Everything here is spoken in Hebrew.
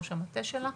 ראש המטה שלה,